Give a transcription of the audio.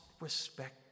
respect